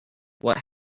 what